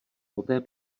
poté